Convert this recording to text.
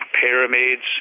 pyramids